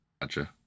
gotcha